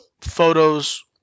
photos